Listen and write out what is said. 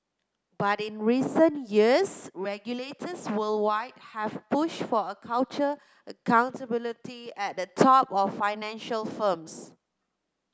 but in recent years regulators worldwide have pushed for a culture accountability at the top of financial firms